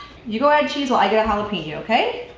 you go add cheese while i get a jalapeno, okay?